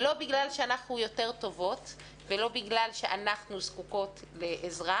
זה לא בגלל שאנחנו יותר טובות ולא בגלל שאנחנו זקוקות לעזרה,